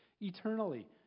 eternally